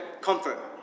comfort